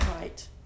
right